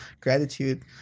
gratitude